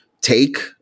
take